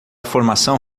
formação